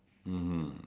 mmhmm